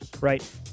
Right